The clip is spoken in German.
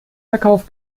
verkauf